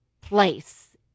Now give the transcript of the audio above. place